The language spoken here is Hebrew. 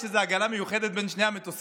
יש איזה הגנה מיוחדת בין שני המטוסים?